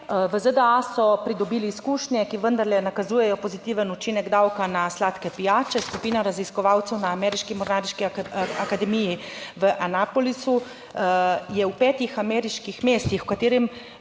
V ZDA so pridobili izkušnje, ki vendarle nakazujejo pozitiven učinek davka na sladke pijače. Skupina raziskovalcev na ameriški mornariški akademiji v Anapolisu je v petih ameriških mestih, v katerem,